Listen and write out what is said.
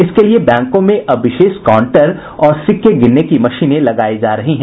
इसके लिये बैंकों में अब विशेष काउंटर और सिक्के गिनने की मशीनें लगायी जा रही हैं